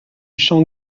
champ